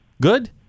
Good